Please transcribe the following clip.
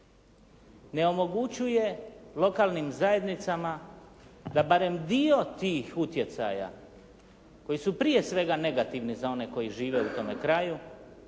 ne omogućuje lokalnim zajednicama da barem dio tih utjecaja koji su prije svega negativni za one koji žive u tome kraju